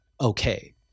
okay